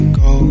go